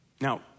Now